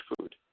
food